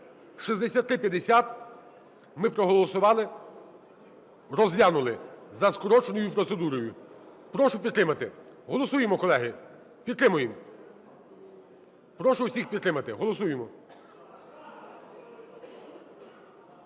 6350 ми проголосували, розглянули за скороченою процедурою. Прошу підтримати. Голосуємо, колеги. Підтримуємо. Прошу усіх підтримати. Голосуємо.